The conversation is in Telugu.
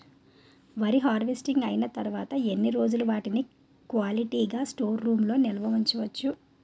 వరి హార్వెస్టింగ్ అయినా తరువత ఎన్ని రోజులు వాటిని క్వాలిటీ గ స్టోర్ రూమ్ లొ నిల్వ ఉంచ వచ్చు?